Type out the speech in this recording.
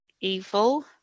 evil